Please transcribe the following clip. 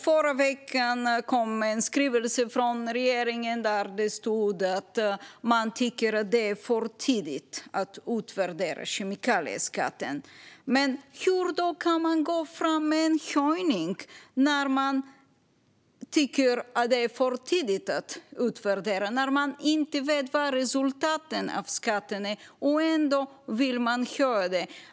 Förra veckan kom en skrivelse från regeringen där det stod att man tycker att det är för tidigt att utvärdera kemikalieskatten. Men hur kan man gå fram med en höjning när man tycker att det är för tidigt att utvärdera och när man inte vet vad resultaten av skatten är? Ändå vill man göra det.